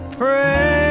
pray